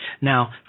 Now